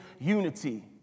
unity